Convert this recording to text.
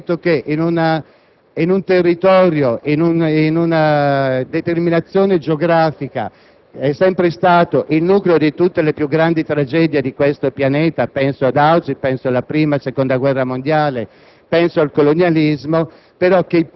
e di collaborazione in un territorio e in una determinazione geografica che è sempre stata il nucleo di tutte le più grandi tragedie di questo pianeta (penso ad Auschwitz, alla Prima e alla Seconda guerra mondiale,